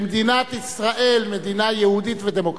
במדינת ישראל, מדינה יהודית ודמוקרטית.